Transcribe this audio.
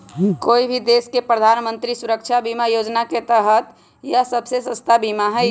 कोई भी देश के प्रधानमंत्री सुरक्षा बीमा योजना के तहत यह सबसे सस्ता बीमा हई